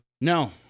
No